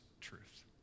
truth